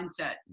mindset